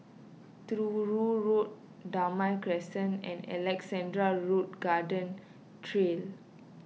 Truro Road Damai Crescent and Alexandra Road Garden Trail